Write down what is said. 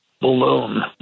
balloon